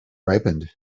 ripened